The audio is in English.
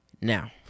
Now